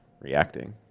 Reacting